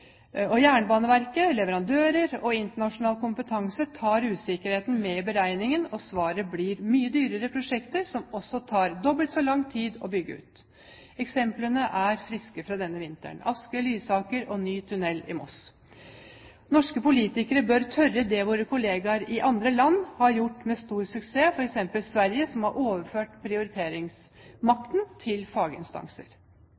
Jernbaneverket, leverandører og internasjonal kompetanse tar usikkerheten med i beregningen, og svaret blir mye dyrere prosjekter som det også tar dobbelt så lang tid å bygge ut. Eksemplene er friske fra denne vinteren: Asker–Lysaker og ny tunnel i Moss. Norske politikere bør tørre det våre kollegaer i andre land har gjort med stor suksess, f.eks. i Sverige, hvor man har overført